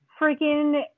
freaking